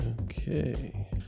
Okay